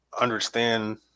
understand